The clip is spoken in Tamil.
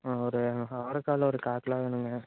ஆ ஒரு அவரக்காய்ல ஒரு கால் கிலோ வேணும்ங்க